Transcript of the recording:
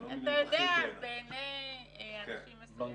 אתה יודע, בעיני אנשים מסוימים.